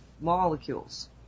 Molecules